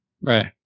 Right